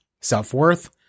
self-worth